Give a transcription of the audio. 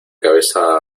cabeza